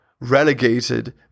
relegated